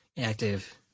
active